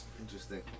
Interesting